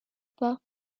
pas